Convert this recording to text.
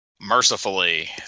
Mercifully